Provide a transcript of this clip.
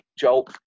Joel